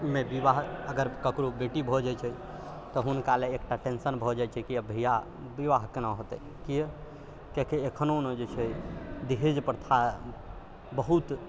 मे विवाह अगर ककरो बेटी भऽ जाइ छै तऽ हुनका लेल एकटा टेन्शन भऽ जाइ छै कि अब भय्या विवाह केना हेतै कियाकि अखनो ने जे छै दहेज प्रथा बहुत